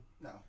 No